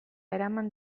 eraman